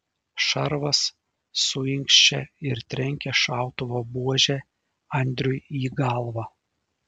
šarvas suinkščia ir trenkia šautuvo buože andriui į galvą